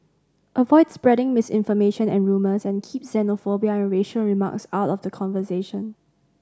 avoid spreading misinformation and rumours and keep xenophobia and racial remarks out of the conversation